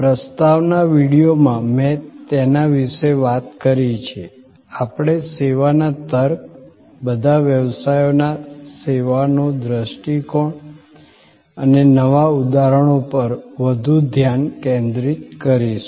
પ્રસ્તાવના વિડીયોમાં મેં તેના વિશે વાત કરી છે આપણે સેવાના તર્ક બધા વ્યવસાયોના સેવાનો દ્રષ્ટિકોણ અને નવા ઉદાહરણો પર વધુ ધ્યાન કેન્દ્રિત કરીશું